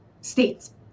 state's